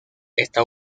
esta